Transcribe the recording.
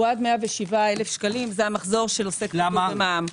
עד 107,000 ₪; זהו המחזור של עוסק פטור במע"מ.